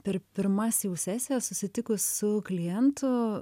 per pirmas jau sesijas susitikus su klientu